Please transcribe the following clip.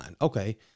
Okay